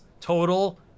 total